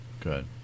Good